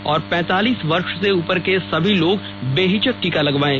और पैंतालीस वर्ष से उपर के सभी लोग बेहिचक टीका लगवायें